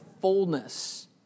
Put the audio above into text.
fullness